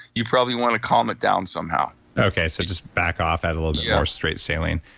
you probably want to calm it down somehow okay, so just back off, add a little bit more straight saline.